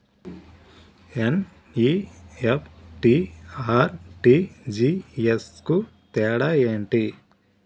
NEFT, RTGS కు తేడా ఏంటి?